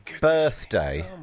birthday